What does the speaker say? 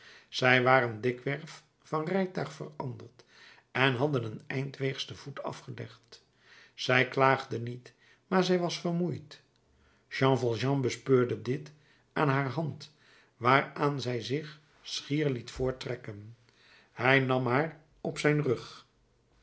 zij waren dikwerf van rijtuig veranderd en hadden een eind weegs te voet afgelegd zij klaagde niet maar zij was vermoeid jean valjean bespeurde dit aan haar hand waaraan zij zich schier liet voorttrekken hij nam haar op zijn rug